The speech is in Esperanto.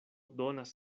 donas